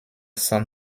son